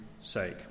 sake